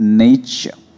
nature